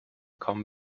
kaum